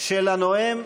של הנואם,